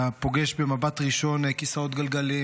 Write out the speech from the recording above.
אתה פוגש במבט ראשון כיסאות גלגלים